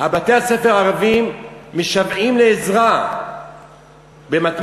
בתי-הספר הערביים משוועים לעזרה במתמטיקה,